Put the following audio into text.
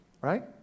Right